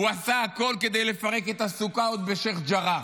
הוא עשה הכול כדי לפרק את הסוכה עוד בשייח' ג'ראח.